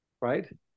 Right